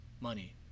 money